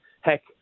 heck